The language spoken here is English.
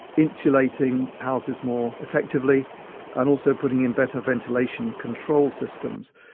insulating houses more effectively and also putting in better ventilation control systems,